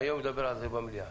אדבר על כך היום במליאה